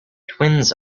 twins